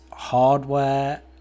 hardware